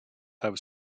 have